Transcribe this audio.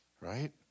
right